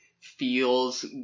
feels